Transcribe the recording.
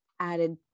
added